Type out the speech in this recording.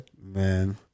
Man